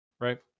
Right